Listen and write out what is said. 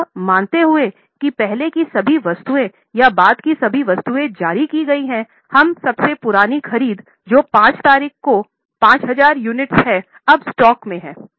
तो यह मानते हुए कि पहले की सभी वस्तुएँ या बाद की सभी वस्तुएँ जारी की गई हैं और सबसे पुरानी खरीद जो 5 तारीख पर 5000 यूनिट्स है अब स्टॉक में है